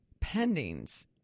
Pendings